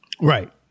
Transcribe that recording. Right